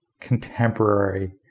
contemporary